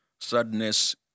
sadness